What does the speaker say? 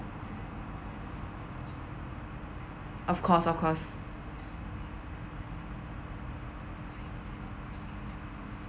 of course of course